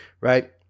right